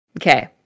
Okay